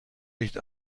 nicht